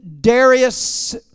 Darius